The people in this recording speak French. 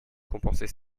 compenser